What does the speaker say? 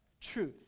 truth